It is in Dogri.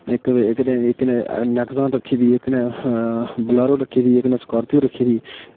इक ते इक ने नेक्सन रक्खी दी इक ने बलेरो रक्खी दी इक ने स्कारपियो रक्खी दी